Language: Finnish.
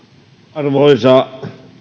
arvoisa